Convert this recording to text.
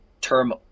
term